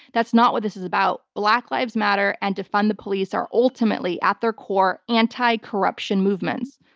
that's not what this is about. black lives matter and defund the police are ultimately, at their core, anti-corruption movements.